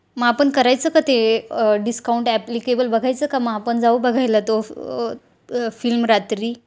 मग आपण करायचं का ते डिस्काऊंट ॲप्लिकेबल बघायचं का मग आपण जाऊ बघायला तो फिल्म रात्री